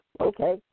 okay